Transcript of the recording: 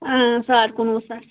آ ساڑ کُنوُہ ساس